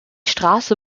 straße